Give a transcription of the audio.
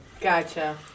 Gotcha